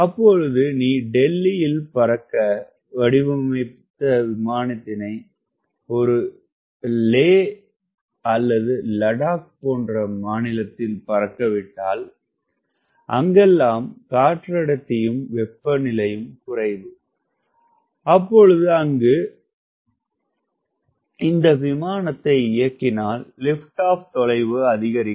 அப்பொழுது நீ டெல்லியில் பறக்க வடிவமைத்த விமானத்தினை லே அல்லது லடாக்கில் பறக்கவிட்டால் அங்கெல்லாம் காற்றடர்த்தியும் வெப்பநிலையும் குறைவு அப்பொழுது அங்கு இந்த விமானத்தை இயக்கினால் லிப்ட் ஆப் தொலைவு அதிகரிக்கும்